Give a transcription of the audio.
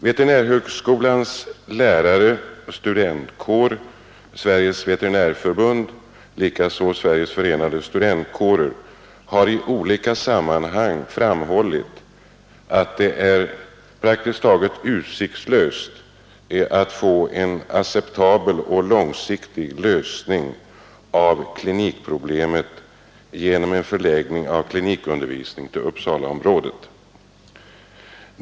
Veterinärhögskolans lärare och studentkår, Sveriges veterinärförbund och Sveriges förenade studentkårer har i olika sammanhang framhållit att det är praktiskt taget utsiktslöst att få en acceptabel och långsiktig lösning av klinikmaterialproblemet genom en förläggning av klinikundervisningen till Uppsalaområdet.